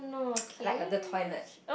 like err the toilet